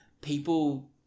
People